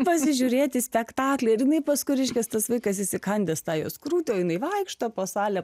pasižiūrėti spektaklį ir jinai paskui reiškiasi tas vaikas įsikandęs tą jos krūtį o jinai vaikšto po salę